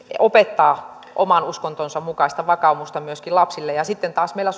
opettaa oman uskontonsa mukaista vakaumusta myöskin lapsille ja sitten taas meillä